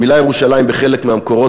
המילה "ירושלים" בחלק מהמקורות